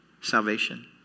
salvation